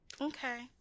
Okay